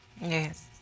Yes